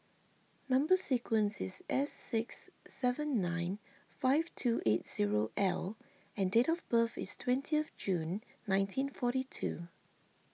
Number Sequence is S six seven nine five two eight zero L and date of birth is twentieth June nineteen forty two